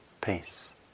peace